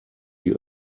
die